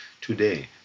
Today